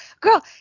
girl